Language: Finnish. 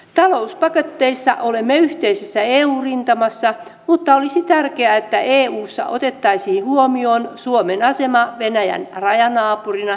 talouspakotteissa olemme yhteisessä eu rintamassa mutta olisi tärkeää että eussa otettaisiin huomioon suomen asema venäjän rajanaapurina ja kauppakumppanina